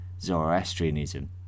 Zoroastrianism